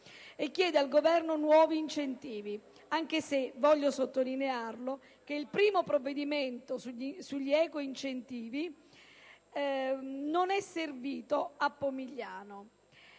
e chiede al Governo nuovi incentivi, anche se - devo sottolinearlo - il primo provvedimento sugli ecoincentivi non è servito a Pomigliano.